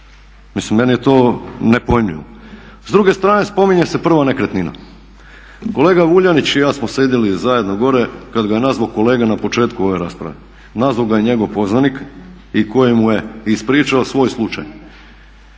Mislim meni je to nepojmljivo. S druge strane spominje se prva nekretnina. Kolega Vuljanić i ja smo sjedili zajedno gore kada ga je nazvao kolega na početku ove rasprave, nazvao ga je njegov poznanik i koji mu je ispričao svoj slučaj.